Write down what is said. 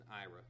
Ira